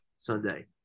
Sunday